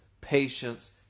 patience